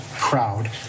crowd